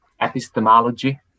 epistemology